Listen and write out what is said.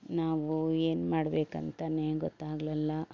ನಾವು ಏನು ಮಾಡ್ಬೇಕು ಅಂತಾನೆ ಗೊತ್ತಾಗಲಿಲ್ಲ